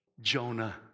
Jonah